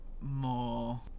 more